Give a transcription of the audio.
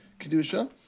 kedusha